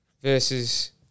Versus